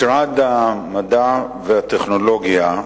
משרד המדע והטכנולוגיה,